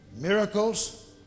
miracles